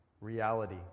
reality